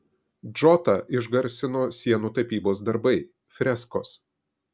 džotą išgarsino sienų tapybos darbai freskos